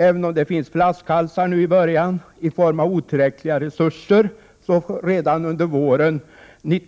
Även om det finns flaskhalsar nu i början i form av otillräckliga resurser är det